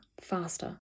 faster